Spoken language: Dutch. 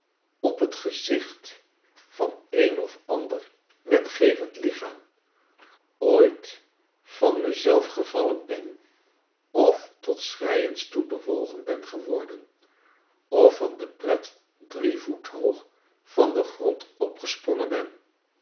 op t gezicht van een of ander wetgevend lichaam ooit van me zelf gevallen ben of tot schreiens toe bewogen ben geworden of van de pret drie voet hoog van den grond opgesprongen ben